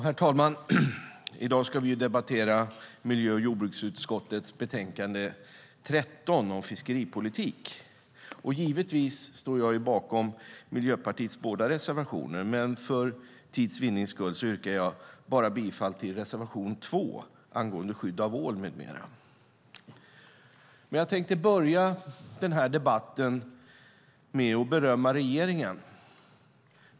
Herr talman! I dag debatterar vi miljö och jordbruksutskottets betänkande 13 om fiskeripolitik. Givetvis står jag bakom Miljöpartiets båda reservationer, men för tids vinnande yrkar jag bara bifall till reservation 2 angående skydd av ål med mera. Jag tänkte börja mitt anförande med att berömma regeringen.